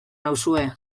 nauzue